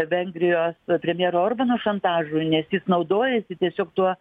vengrijos premjero orbano šantažui nes jis naudojasi tiesiog tuo